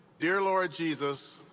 dear lord jesus,